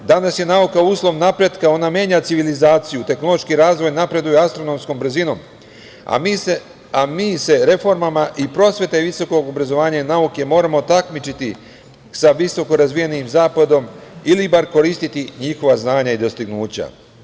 Danas je nauka uslov napretka, ona menja civilizaciju, tehnološki razvoj napreduje astronomskom brzinom, a mi se reformama i prosvete i visokog obrazovanja i nauke moramo takmičiti sa visoko razvijenim zapadom ili bar koristiti njihova znanja i dostignuća.